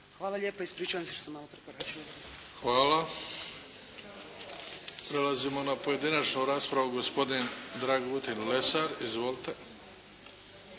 Hvala lijepa. **Bebić, Luka (HDZ)** Hvala. Prelazimo na pojedinačnu raspravu. Gospodin Dragutin Lesar. Izvolite.